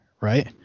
right